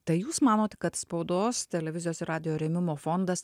tai jūs manote kad spaudos televizijos ir radijo rėmimo fondas